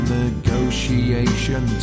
negotiation